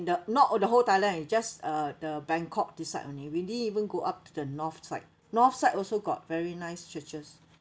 the not all the whole thailand it's just uh the bangkok this side only we didn't even go up to the north side north side also got very nice churches